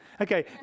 Okay